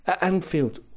Anfield